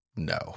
No